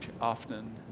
often